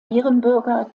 ehrenbürger